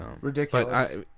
Ridiculous